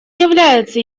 является